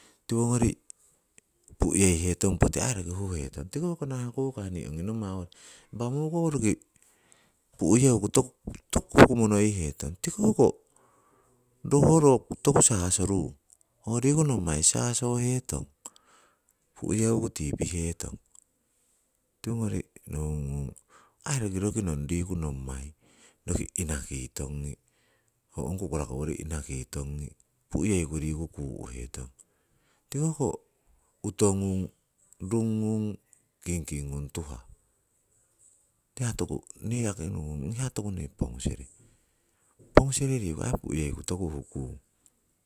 Tiwongori pu'yeihetong poti aii roki huhetong tiko hoko nah tukah, nii ongi nommai owori. Impah mokoworigi pu'yeuku tokuko huku monoihetong tiko hoko ro toku sasorun, horiku nommai sasohetong pu'yeuku tii pihetong. Tiwongori nohungon aii roki riku nommai roki inakitongi, ho ong kukuraku owori inakitongi pu'yeiku riku kuu'hetong. Tiko hoko utoh ngung, rung ngung, kingking ngung tuhah. Hiya toku nii yaki nohungung, hiya toku noi pongusere. Pongusere riku aii pu'yeiku toku hukung.